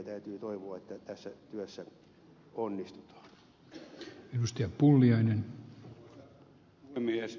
täytyy toivoa että tässä työssä onnistutaan